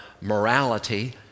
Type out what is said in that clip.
morality